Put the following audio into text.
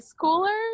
schoolers